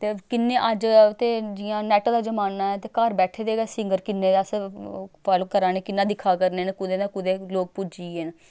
ते किन्ने अज्ज ते जियां नैट दा जमान्ना ऐ ते घर बैठे दे गै सिंगर किन्ने अस फालो करा ने किन्ना दिक्खा करने न कुदे दा कुदे लोक पुज्जी गे न